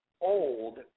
old